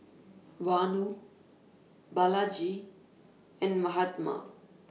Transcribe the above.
Vanu Balaji and Mahatma